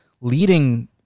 leading